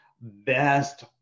best